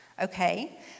Okay